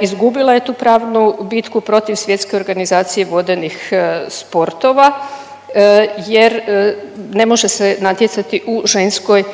izgubila je tu pravnu bitku protiv Svjetske organizacije vodenih sportova jer ne može se natjecati u ženskoj